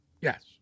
Yes